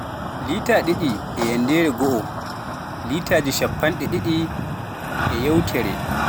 Liita e yanndeere go'o, liitaaji cappanɗe ɗiɗi e yawtere